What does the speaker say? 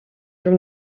from